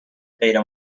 غیر